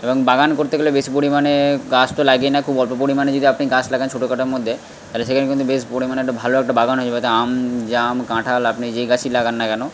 এবং বাগান করতে গেলে বেশি পরিমাণে গাছ তো লাগেই না খুব অল্প পরিমাণে যদি আপনি গাছ লাগান ছোটোখাটোর মধ্যে তালে সেখানে কিন্তু বেশ পরিমাণে একটা ভালো একটা বাগান হয়ে যাবে হয়তো আম জাম কাঁঠাল আপনি যে গাছই লাগান না কেন